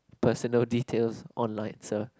personal details online itself